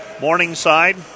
Morningside